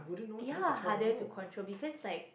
ya they have to control because like